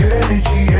energy